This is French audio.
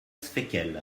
fekl